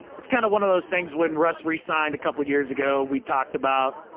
it's kind of one of those things. when russ resigned a couple of years ago, we talked about.